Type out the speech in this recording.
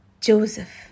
Joseph